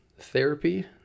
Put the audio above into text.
therapy